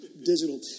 Digital